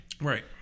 Right